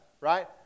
right